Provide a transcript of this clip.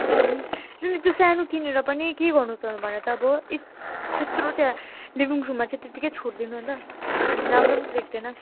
अँ जुन चाहिँ त्यो सानो किनेर पनि के गर्नु त भन त अब त्यत्रो त्यहाँ लिभिङ रूममा चाहिँ त्यत्तिकै छोड्दिनु अन्त राम्रो पनि त देख्दैन